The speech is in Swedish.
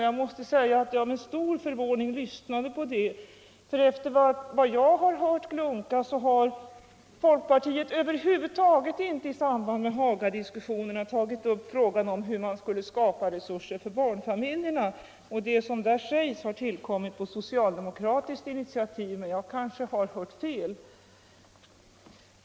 Jag måste säga att jag med stor förvåning lyssnade på detta — enligt vad jag har hört glunkas har folkpartiet i samband med Hagadiskussionerna över huvud taget inte tagit upp frågan om hur resurser skulle skapas för barnomsorgen, och det som där sägs har tillkommit på socialdemokratiskt initiativ. Men jag kanske har hört fel?